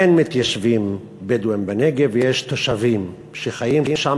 אין מתיישבים בדואים בנגב, יש תושבים שחיים שם.